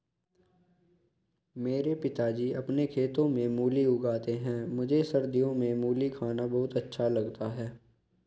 मेरे पिताजी अपने खेतों में मूली उगाते हैं मुझे सर्दियों में मूली खाना बहुत अच्छा लगता है